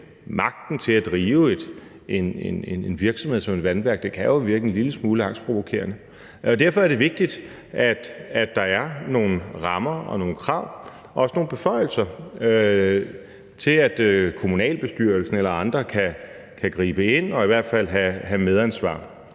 magten til at drive en virksomhed som et vandværk kan virke en lille smule angstprovokerende. Derfor er det vigtigt, at der er nogle rammer og nogle krav og også nogle beføjelser til, at kommunalbestyrelsen eller andre kan gribe ind og i hvert fald have et medansvar.